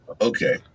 Okay